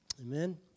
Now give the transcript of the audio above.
Amen